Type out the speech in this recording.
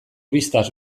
bistaz